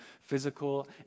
physical